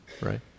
right